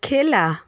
খেলা